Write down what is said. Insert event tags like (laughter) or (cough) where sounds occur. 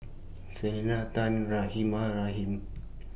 Selena Tan Rahimah Rahim (noise)